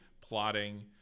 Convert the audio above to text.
plotting